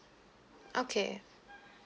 okay